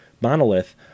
monolith